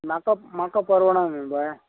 म्हाका म्हाका परवडोंक न्हू बाय